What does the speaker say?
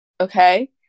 okay